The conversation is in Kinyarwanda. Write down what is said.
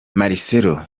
marcelo